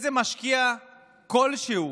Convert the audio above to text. איזה משקיע כלשהו